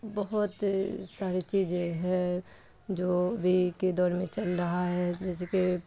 بہت ساری چیزیں ہیں جو ابھی کے دور میں چل رہا ہے جیسے کہ